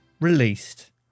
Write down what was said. released